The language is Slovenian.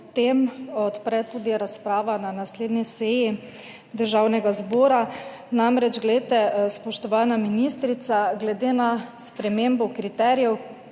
o tem odpre tudi razprava na naslednji seji Državnega zbora. Namreč, glejte, spoštovana ministrica, glede na spremembo kriterijev